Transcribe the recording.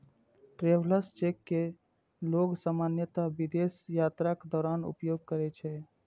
travellers cheque कें लोग सामान्यतः विदेश यात्राक दौरान उपयोग करै छै